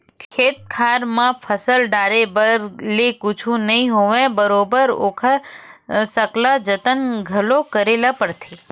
खेत खार म फसल डाले भर ले कुछु नइ होवय बरोबर ओखर सकला जतन घलो करे बर परथे